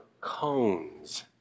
cones